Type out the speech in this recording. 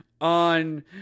on